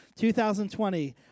2020